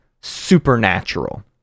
supernatural